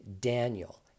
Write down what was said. Daniel